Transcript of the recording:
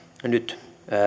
nyt